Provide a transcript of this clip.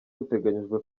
biteganyijwe